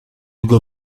hugo